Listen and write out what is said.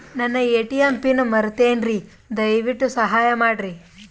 ನನ್ನ ATM PIN ಮರೆತೇನ್ರೀ, ದಯವಿಟ್ಟು ಸಹಾಯ ಮಾಡ್ರಿ